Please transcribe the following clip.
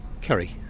Kerry